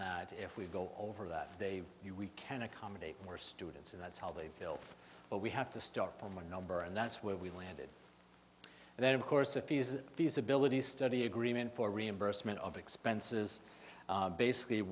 that if we go over that they you we can accommodate more students and that's how they feel but we have to start from one number and that's where we landed and then of course a few feasibility study agreement for reimbursement of expenses basically